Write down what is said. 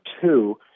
two